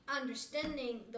understanding